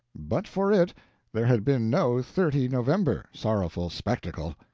but for it there had been no thirty november sorrowful spectacle!